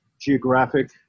geographic